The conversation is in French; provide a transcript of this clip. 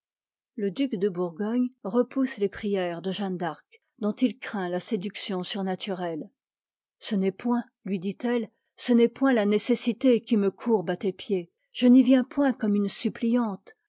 le duc de bourgogne repousse les prières de jeanne d'arc dont i craint la séduction surnaturelle ce n'est point lui dit-elle ce n'est point la nécessité qui me courbe à tes pieds je n'y viens point comme une suppliante